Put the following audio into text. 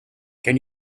can